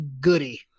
goody